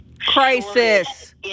crisis